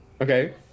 Okay